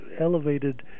elevated